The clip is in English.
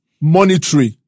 monetary